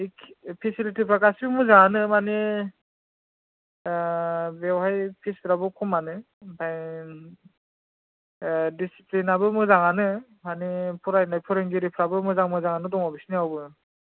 फिसिलिथिफ्रा गासिबो मोजांमोनो मानि बेवहाय फिसफ्राबो खमआनो ओमफाय दिसिफ्लिनाबो मोजांआनो मानि फरायनाय फोरोंगिरिफोराबो मोजां मोजांआनो दङ बिसिनियावबो